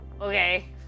Okay